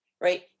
right